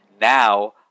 Now